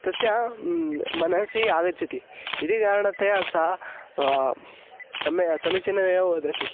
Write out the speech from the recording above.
तस्य मनसि आगच्छति इति कारणतया सा सम्यक् समीचीनः यः वदति